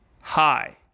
hi